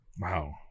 Wow